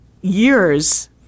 years